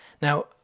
Now